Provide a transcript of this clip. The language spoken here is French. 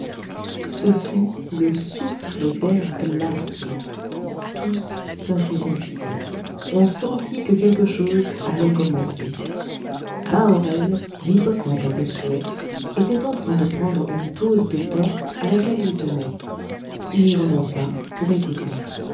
ce fut le souffle d'air glacé tous s'interrompirent on sentit que quelque chose allait commencer bahorel ripostant à bossuet était en train de prendre une pose de torse à laquelle il tenait il y renonça pour écouter